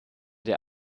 der